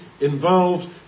involved